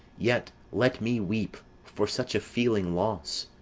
yet let me weep for such a feeling loss.